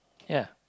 ya